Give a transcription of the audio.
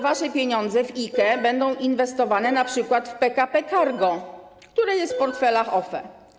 Wasze pieniądze z IKE będą inwestowane np. w PKP Cargo, które jest w portfelach OFE.